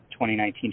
2019